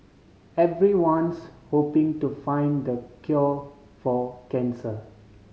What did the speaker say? everyone's hoping to find the cure for cancer